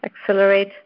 accelerate